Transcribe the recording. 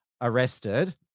arrested